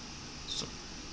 so